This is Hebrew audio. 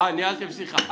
ניהלתם שיחה.